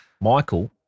Michael